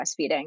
breastfeeding